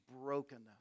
brokenness